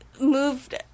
moved